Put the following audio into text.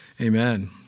Amen